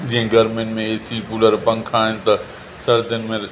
जीअं गर्मियुनि में एसी कूलर पंखा आहिनि त सर्दियुनि में